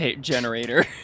generator